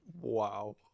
Wow